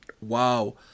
Wow